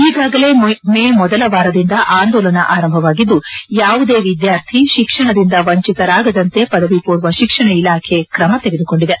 ಈಗಾಗಲೇ ಮೇ ಮೊದಲ ವಾರದಿಂದ ಆಂದೋಲನ ಆರಂಭವಾಗಿದ್ದು ಯಾವುದೇ ವಿದ್ಯಾರ್ಥಿ ಶಿಕ್ಷಣದಿಂದ ವಂಚಿತರಾಗದಂತೆ ಪದವಿ ಪೂರ್ವ ಶಿಕ್ಷಣ ಇಲಾಖೆ ಕ್ರಮ ತೆಗೆದುಕೊಂಡಿದೆ